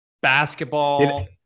basketball